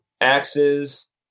axes